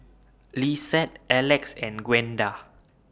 Lissette Elex and Gwenda